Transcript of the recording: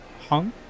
hung